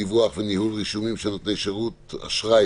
דיווח וניהול רישומים של נותני שירות אשראי